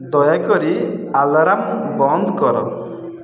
ଦୟାକରି ଆଲାରାମ୍ ବନ୍ଦ କର